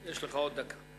יש לך עוד דקה.